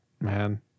man